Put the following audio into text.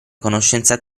conoscenza